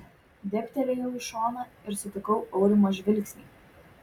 dėbtelėjau į šoną ir sutikau aurimo žvilgsnį